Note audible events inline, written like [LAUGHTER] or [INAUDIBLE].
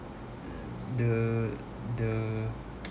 the the [NOISE]